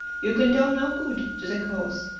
you can do no good to the cause,